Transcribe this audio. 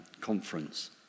conference